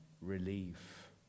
Relief